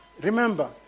remember